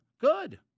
Good